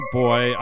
boy